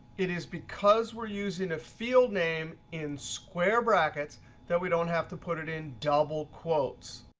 it is because we're using a field name in square brackets that we don't have to put it in double quotes.